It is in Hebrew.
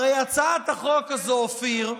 הקואליציה הימנית, הרי הצעת החוק הזאת, אופיר,